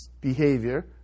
behavior